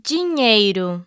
Dinheiro